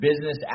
business